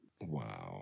Wow